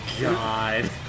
God